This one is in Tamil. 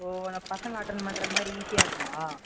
ஓ அந்த பசங்க அட்டண்ட் பண்ணுற மாதிரி ஈஸியாக இருக்குமா